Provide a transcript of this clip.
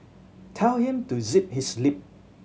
tell him to zip his lip